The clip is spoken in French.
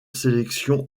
sélection